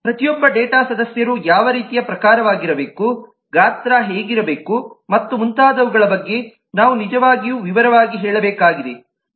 ಪ್ರತಿಯೊಬ್ಬ ಡೇಟಾ ಸದಸ್ಯರು ಯಾವ ರೀತಿಯ ಪ್ರಕಾರವಾಗಿರಬೇಕು ಗಾತ್ರ ಹೇಗಿರಬೇಕು ಮತ್ತು ಮುಂತಾದವುಗಳ ಬಗ್ಗೆ ನಾವು ನಿಜವಾಗಿಯೂ ವಿವರವಾಗಿ ಹೇಳಬೇಕಾಗಿದೆ